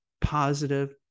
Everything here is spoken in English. positive